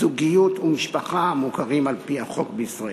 זוגיות ומשפחה המוכרות על-פי החוק בישראל.